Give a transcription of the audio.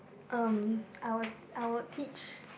um I will I will teach